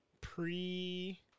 pre